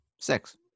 Six